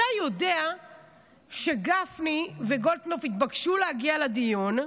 אתה יודע שגפני וגולדקנופ התבקשו להגיע לדיון,